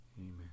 Amen